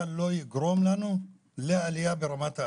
לא יגרום לנו לעלייה ברמת האלימות,